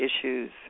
issues